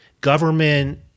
government